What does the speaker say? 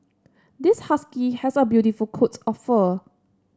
this husky has a beautiful of fur